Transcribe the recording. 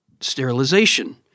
sterilization